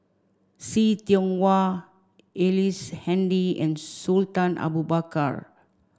See Tiong Wah Ellice Handy and Sultan Abu Bakar